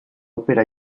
opera